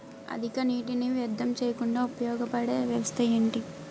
అధిక నీటినీ వ్యర్థం చేయకుండా ఉపయోగ పడే వ్యవస్థ ఏంటి